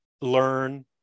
learn